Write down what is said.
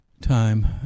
time